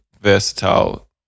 versatile